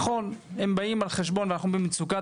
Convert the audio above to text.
נכון הם באים על חשבון ואנחנו במצוקת